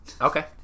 Okay